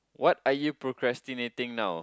what are you procrastinating now